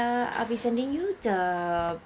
uh I'll be sending you the